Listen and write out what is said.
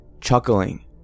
chuckling